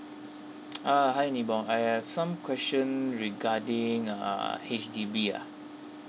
uh hi nibong I have some question regarding err H_D_B ah